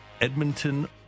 Edmonton